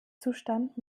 zustand